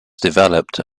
developed